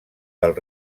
del